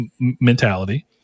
mentality